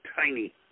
tiny